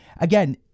Again